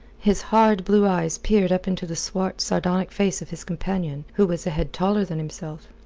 his hard blue eyes peered up into the swart, sardonic face of his companion, who was a head taller than himself.